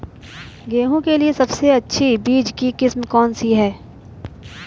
गेहूँ के लिए सबसे अच्छी बीज की किस्म कौनसी है?